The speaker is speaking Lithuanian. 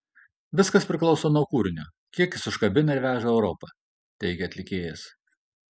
viskas priklauso nuo kūrinio kiek jis užkabina ir veža europa teigė atlikėjas